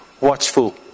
watchful